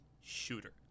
shooter